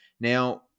Now